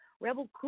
Rebel